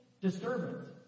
disturbance